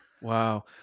Wow